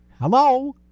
Hello